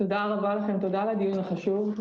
תודה רבה לכם, תודה על הדיון החשוב.